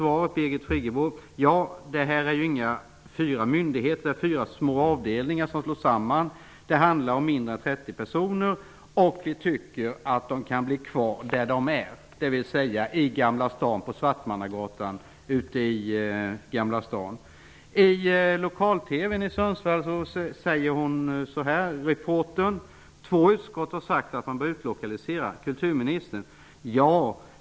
Hon svarade så här: Det är inte fyra myndigheter utan fyra små avdelningar som slås samman. Det handlar om mindre än 30 personer. Vi tycker att de kan bli kvar där de är. Det betyder att de blir kvar på Svartmangatan i I Sundsvalls lokal-TV påpekade en reporter att två utskott har sagt att man bör utlokalisera. Kulturministern svarade så här: Ja.